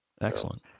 Excellent